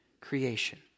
creation